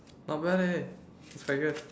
not bad leh if I get